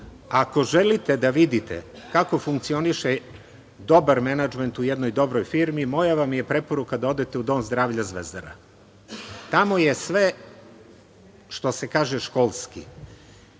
želite da vidite kako funkcioniše dobar menadžment u jednoj dobroj firmi moja vam je preporuka da odete u Dom zdravlja Zvezdara. Tamo je sve, što se kaže školski.